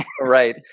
Right